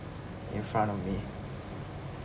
in front of me